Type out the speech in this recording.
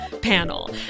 panel